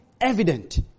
evident